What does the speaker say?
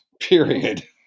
period